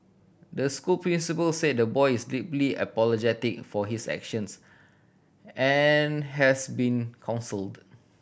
the school principal said the boy is deeply apologetic for his actions and has been counselled